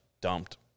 dumped